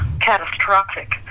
catastrophic